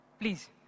Please